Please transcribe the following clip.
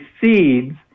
seeds